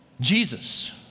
Jesus